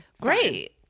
Great